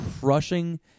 crushing